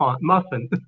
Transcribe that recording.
Muffin